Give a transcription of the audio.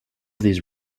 these